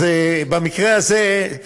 במקרה הזה,